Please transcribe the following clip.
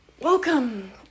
welcome